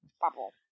Bubble